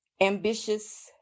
ambitious